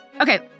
Okay